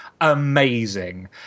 amazing